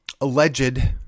alleged